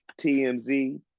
TMZ